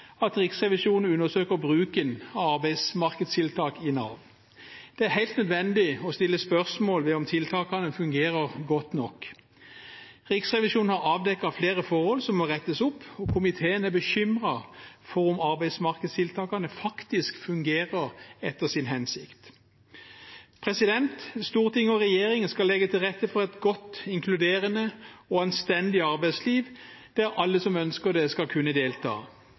at Riksrevisjonen undersøker bruken av arbeidsmarkedstiltak i Nav. Det er helt nødvendig å stille spørsmål ved om tiltakene fungerer godt nok. Riksrevisjonen har avdekket flere forhold som må rettes opp, og komitéen er bekymret for om arbeidsmarkedstiltakene faktisk fungerer etter sin hensikt. Storting og regjering skal legge til rette for et godt, inkluderende og anstendig arbeidsliv, der alle som ønsker det, skal kunne delta.